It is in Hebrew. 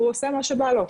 הוא עושה מה שבא לו.